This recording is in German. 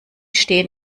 stehen